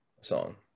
song